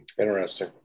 interesting